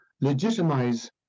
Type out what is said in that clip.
legitimize